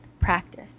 practice